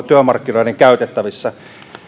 työmarkkinoiden käytettävissä